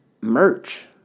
Merch